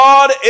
God